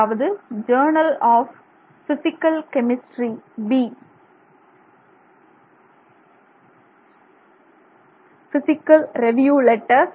அதாவது journal of physical chemistry B physical review letters